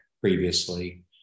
previously